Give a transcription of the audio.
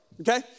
okay